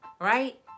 Right